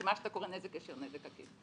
שמה שאתה קורא נזק ישיר, נזק עקיף.